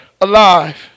alive